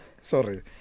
Sorry